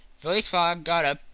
phileas fogg got up,